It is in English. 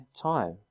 time